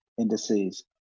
indices